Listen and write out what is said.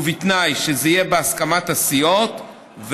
ובתנאי שזה יהיה בהסכמת הסיעות,